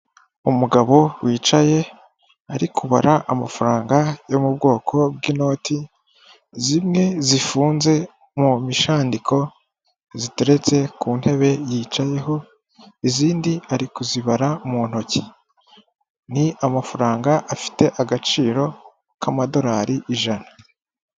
Umugabo wicaye, ari kubara amafaranga yo mu bwoko bw'inoti, zimwe zifunze mu mishandiko, ziteretse ku ntebe yicayeho, izindi ari kuzibara mu ntoki. Ni amafaranga afite agaciro k'amadorari ijana.